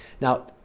Now